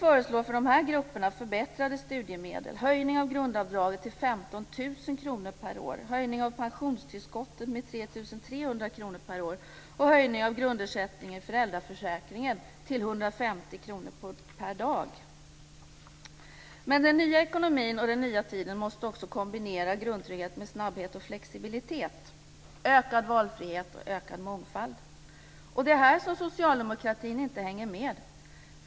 För de här grupperna föreslår vi förbättrade studiemedel, en höjning av grundavdraget till 15 000 kr per år, en pensionstillskottshöjning med 3 300 kr per år och en höjning av grundersättningen i föräldraförsäkringen till 150 kr per dag. Den nya ekonomin och den nya tiden måste också kombinera grundtrygghet med snabbhet och flexibilitet och med ökad valfrihet och ökad mångfald. Det är här som socialdemokratin inte hänger med.